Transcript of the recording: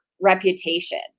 reputation